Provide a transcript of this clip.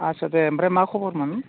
आदसा दे ओमफ्राय मा खबरमोन